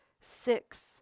six